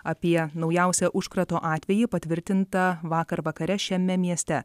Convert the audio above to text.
apie naujausią užkrato atvejį patvirtintą vakar vakare šiame mieste